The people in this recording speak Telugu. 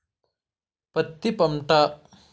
పత్తి పంట